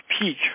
peak